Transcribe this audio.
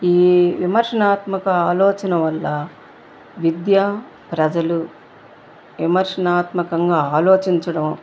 ఈ విమర్శనాత్మక ఆలోచన వల్ల విద్య ప్రజలు విమర్శనాత్మకంగా ఆలోచించడం